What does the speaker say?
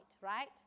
right